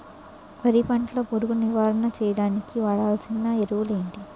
వరి పంట లో పురుగు నివారణ చేయడానికి వాడాల్సిన ఎరువులు ఏంటి?